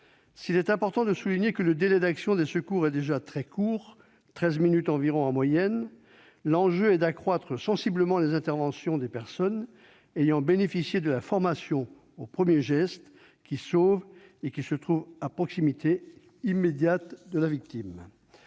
s'il est important de souligner que le délai d'action des secours est déjà très court- environ treize minutes, en moyenne -, l'enjeu est d'accroître sensiblement le nombre d'interventions de personnes ayant bénéficié de la formation aux premiers gestes qui sauvent et se trouvant à proximité immédiate de la victime.